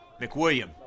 McWilliam